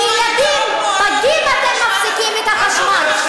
לילדים פגים אתם מפסיקים את החשמל,